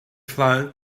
flying